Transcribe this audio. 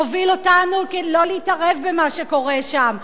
מובילה אותנו לא להתערב במה שקורה שם.